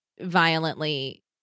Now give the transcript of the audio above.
violently